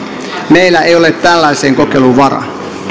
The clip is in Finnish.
meillä ei ole tällaiseen kokeiluun varaa